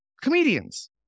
Comedians